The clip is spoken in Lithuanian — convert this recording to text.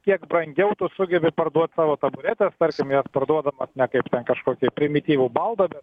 kiek brangiau tu sugebi parduot savo taburetes tarkim jas parduodamas ne kaip kažkokį primityvų baldą bet